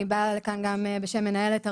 אני באה לכאן גם בשם מנהלת הרשות,